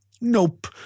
Nope